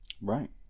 Right